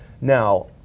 Now